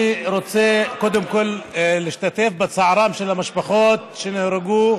אני רוצה קודם כול להשתתף בצערן של המשפחות שנהרגו.